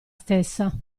stessa